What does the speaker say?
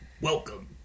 welcome